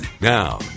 Now